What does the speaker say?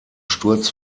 sturz